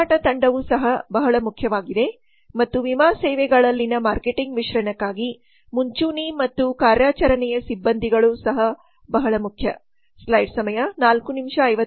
ಮಾರಾಟ ತಂಡವು ಸಹ ಬಹಳ ಮುಖ್ಯವಾಗಿದೆ ಮತ್ತು ವಿಮಾ ಸೇವೆಗಳಲ್ಲಿನ ಮಾರ್ಕೆಟಿಂಗ್ ಮಿಶ್ರಣಕ್ಕಾಗಿ ಮುಂಚೂಣಿ ಮತ್ತು ಕಾರ್ಯಾಚರಣೆಯ ಸಿಬ್ಬಂದಿಗಳು ಸಹ ಬಹಳ ಮುಖ್ಯ